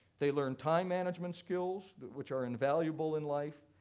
they learn time-management skills, which are invaluable in life.